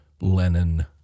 Lenin